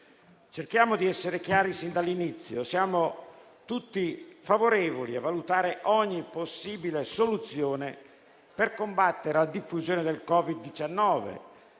Cerchiamo di essere chiari fin dall'inizio: siamo tutti favorevoli a valutare ogni possibile soluzione per combattere la diffusione del Covid-19